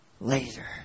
later